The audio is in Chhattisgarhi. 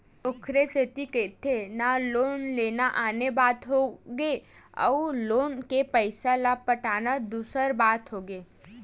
ओखरे सेती कहिथे ना लोन लेना आने बात होगे अउ लोन के पइसा ल पटाना दूसर बात होगे